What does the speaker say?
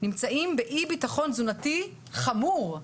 נמצאים באי ביטחון תזונתי חמור.